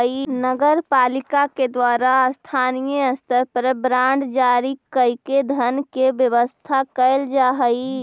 नगर पालिका के द्वारा स्थानीय स्तर पर बांड जारी कईके धन के व्यवस्था कैल जा हई